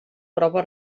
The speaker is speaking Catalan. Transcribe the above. prova